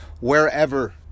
wherever